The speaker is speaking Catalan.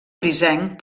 grisenc